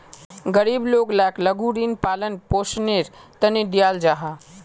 गरीब लोग लाक लघु ऋण पालन पोषनेर तने दियाल जाहा